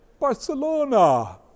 Barcelona